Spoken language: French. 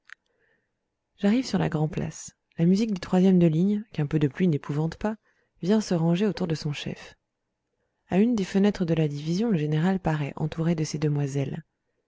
j'arrive sur la grande place la musique du e de ligne qu'un peu de pluie n'épouvante pas vient de se ranger autour de son chef à une des fenêtres de la division le général paraît entouré de ses demoiselles